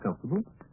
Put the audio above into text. comfortable